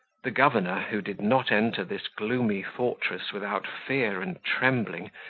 the governor, who did not enter this gloomy fortress without fear and trembling,